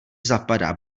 zapadá